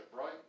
right